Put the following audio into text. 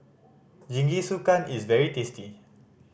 jingisukan is very tasty